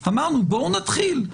אמרנו: בואו נתחיל.